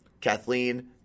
Kathleen